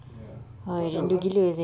ya what else ah